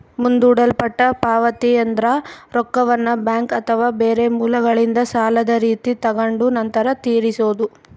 ಮುಂದೂಡಲ್ಪಟ್ಟ ಪಾವತಿಯೆಂದ್ರ ರೊಕ್ಕವನ್ನ ಬ್ಯಾಂಕ್ ಅಥವಾ ಬೇರೆ ಮೂಲಗಳಿಂದ ಸಾಲದ ರೀತಿ ತಗೊಂಡು ನಂತರ ತೀರಿಸೊದು